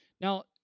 Now